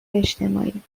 اجتماعی